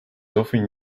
often